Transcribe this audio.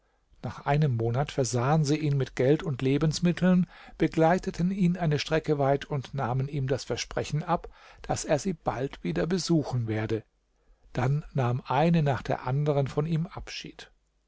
nach einem monat versahen sie ihn mit geld und lebensmitteln begleiteten ihn eine strecke weit und nahmen ihm das versprechen ab daß er sie bald wieder besuchen werde dann nahm eine nach der anderen von ihm abschied